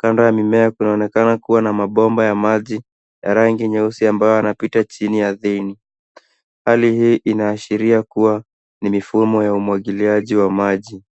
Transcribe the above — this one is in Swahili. Kando ya mimea kunaonekana kuwa na mabomba ya maji ya rangi nyeusi ambayo yanapita chini ardhini. Hali hii inaashiria kuwa ni mifumo ya umwagiliaji wa maji.